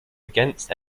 against